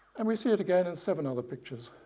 and we see it again in seven other pictures.